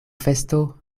festo